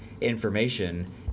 information